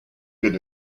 good